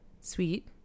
sweet